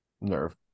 Nerve